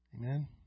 Amen